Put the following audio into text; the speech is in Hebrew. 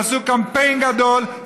שעשו קמפיין גדול,